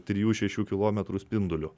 trijų šešių kilometrų spinduliu